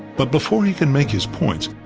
but before he can make his points,